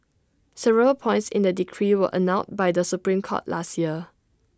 several points in the decree were annulled by the Supreme court last year